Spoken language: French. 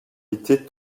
été